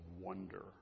wonder